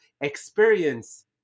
experience